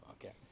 Okay